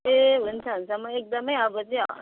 ए हुन्छ हुन्छ म एकदमै अब चाहिँ